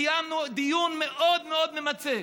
קיימנו דיון מאוד מאוד ממצה.